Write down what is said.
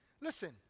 Listen